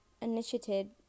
initiated